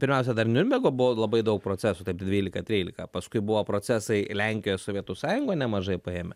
pirmiausia dar niurnbergo buvo labai daug procesų taip dvylika trylika paskui buvo procesai lenkijoj sovietų sąjungoj nemažai paėmę